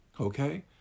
Okay